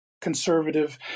conservative